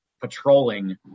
patrolling